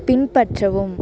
பின்பற்றவும்